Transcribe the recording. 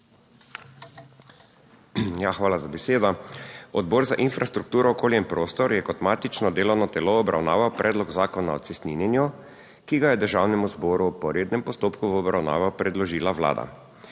Hvala za besedo. Odbor za infrastrukturo, okolje in prostor je kot matično delovno telo obravnaval predlog zakona o cestninjenju, ki ga je Državnemu zboru po rednem postopku v obravnavo predložila Vlada.